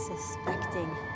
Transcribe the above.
suspecting